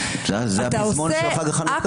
אתה עושה אקט --- זה הפזמון של חג החנוכה.